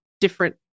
different